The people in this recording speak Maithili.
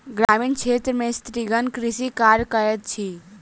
ग्रामीण क्षेत्र में स्त्रीगण कृषि कार्य करैत अछि